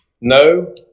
No